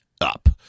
Up